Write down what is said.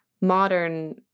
modern